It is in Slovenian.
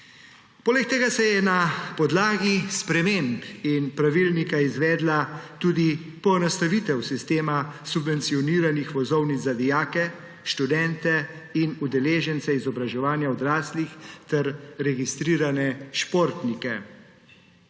Poleg tega se je na podlagi sprememb pravilnika izvedla tudi poenostavitev sistema subvencioniranih vozovnic za dijake, študente in udeležence izobraževanja odraslih ter registrirane športnike.